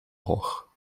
hoch